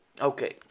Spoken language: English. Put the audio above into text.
Okay